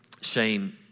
Shane